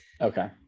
Okay